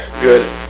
good